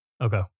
Okay